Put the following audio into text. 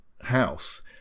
house